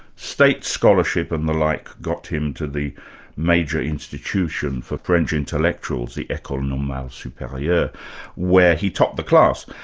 state scholarship and the like got him to the major institution for french intellectuals, the ecole normale superieure yeah where he topped the class.